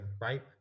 right